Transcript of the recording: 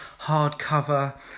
hardcover